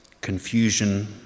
confusion